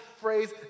phrase